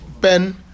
Ben